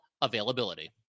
availability